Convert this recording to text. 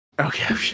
Okay